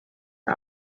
are